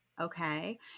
Okay